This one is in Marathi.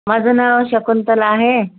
माझं नाव शकुंतला आहे